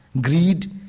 greed